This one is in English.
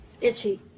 Itchy